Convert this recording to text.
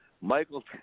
Michael